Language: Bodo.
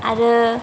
आरो